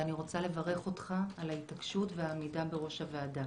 ואני רוצה לברך אותך על ההתעקשות ועל העמידה בראש הוועדה